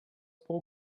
pro